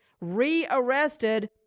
re-arrested